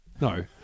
No